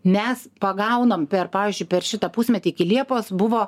mes pagaunam per pavyzdžiui per šitą pusmetį iki liepos buvo